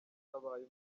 ntabaye